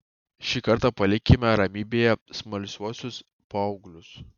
šį kartą palikime ramybėje smalsiuosius paauglius